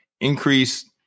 increase